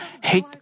hate